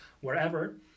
wherever